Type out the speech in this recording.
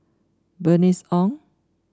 Bernice Ong